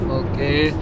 okay